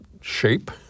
shape